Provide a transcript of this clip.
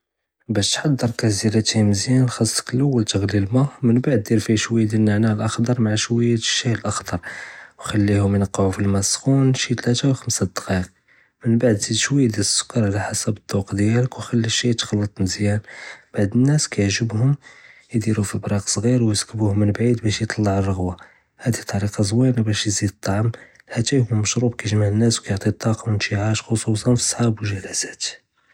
בּאש תְחַדְ'ר כָּאס דִיאַל אַתַּאי מְזִיַאן חְסָכּ לִלוּול תְגְ'לִי אלמָא, מִמבַּעְד דִיר פִיה שְׁוִיָה דִיאַל אלנענָאע אלאחְדַ'ר מע שְׁוִיָה דִּשַׁאי אלאחְדַ'ר וּחְלִיהוּם יִנְקְּעוּ פִּלמָא אֶלסְחוּן שִׁי תְּלָאתָה וּלָא חְמסָה דְּדְּקָאיֶקּ, מִמבַּעְד זִיד שְׁוִיָה דִיאַל אלסֻּכָּּר עלא חְסַאבּ אֶלדּוּקּ דִיאַלכּ וּחְלִי אלשַׁאי יִתְכְּלְט מְזִיַאן. בּעְד אלנָאס כּיַעזבְּהוּם יִדִירוּ פִּבְּרָאד צְגִ'יר וּיִצוּבּוּה מִן בְּעִיד בּאש יִטְלַע אֶלרְעָ'וָוה, האדִי טַרִיקָה זוּוִיְנָה בּאש יִזִיד אלטְּעָאם חְתָא מִיְכוּן מַשְׁרוּבּ כּיַגְמַע אלנָאס וּכּיַעְטִי אֶלטָּאקָּה וּאִנְתִעַאשׁ חֻצוּסָאן פִּלסְּהָרָאת וּאלגְ'לְסָאת.